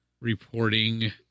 reporting